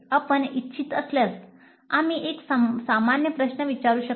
आपण इच्छित असल्यास आम्ही एक सामान्य प्रश्न विचारू शकता